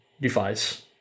device